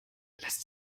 lässt